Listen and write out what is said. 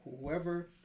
whoever